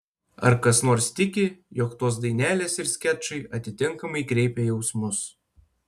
ar kas nors tiki jog tos dainelės ir skečai atitinkamai kreipia jausmus